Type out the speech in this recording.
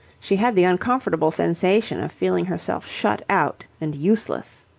she had the uncomfortable sensation of feeling herself shut out and useless.